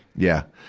yeah.